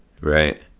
right